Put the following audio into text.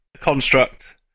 construct